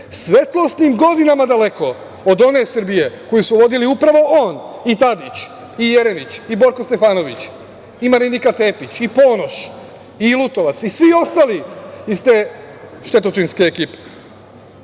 svetlosnim godinama daleko od one Srbije koju su vodili upravo on i Tadić i Jeremić i Borko Stefanović i Marinika Tepić i Ponoš i Lutovac i svi ostali iz te štetočinske